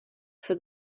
for